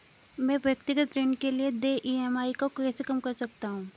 मैं व्यक्तिगत ऋण के लिए देय ई.एम.आई को कैसे कम कर सकता हूँ?